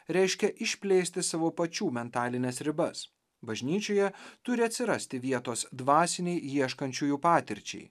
reiškia išplėsti savo pačių mentalines ribas bažnyčioje turi atsirasti vietos dvasinei ieškančiųjų patirčiai